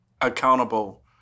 accountable